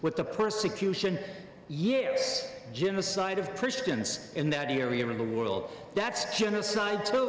with the persecution yes genocide of christians in that area around the world that's genocide